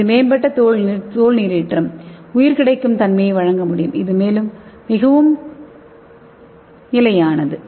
இது மேம்பட்ட தோல் நீரேற்றம் உயிர் கிடைக்கும் தன்மையை வழங்க முடியும் மேலும் இது மிகவும் நிலையானது